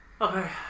Okay